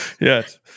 Yes